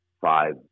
five